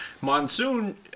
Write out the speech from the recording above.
Monsoon